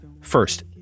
first